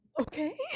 okay